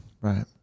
right